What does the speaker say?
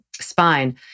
spine